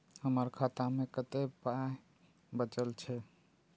हमर खाता मे कतैक पाय बचल छै